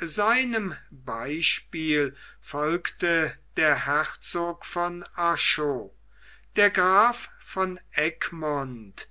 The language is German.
seinem beispiel folgte der herzog von arschot der graf von egmont